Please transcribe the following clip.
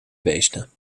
beesten